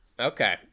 Okay